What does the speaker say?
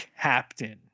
Captain